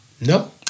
No